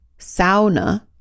sauna